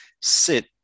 sit